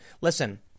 Listen